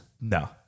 No